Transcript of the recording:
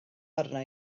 arna